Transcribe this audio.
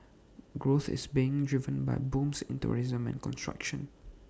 growth is being driven by booms in tourism and construction